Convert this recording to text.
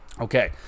Okay